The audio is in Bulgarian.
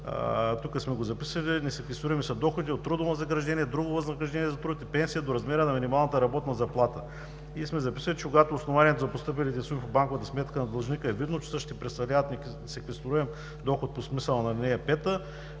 Тук сме го записали: „Несеквестируеми са доходите от трудово възнаграждение, друго възнаграждение за труд или пенсия до размера на минималната работна заплата“ и „Когато от основанието за постъпилите суми по банковата сметка на длъжника е видно, че същите представляват несеквестируем доход по смисъла на ал.